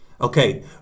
Okay